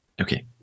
Okay